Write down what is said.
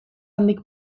handik